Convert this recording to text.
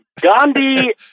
Gandhi